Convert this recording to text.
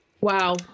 Wow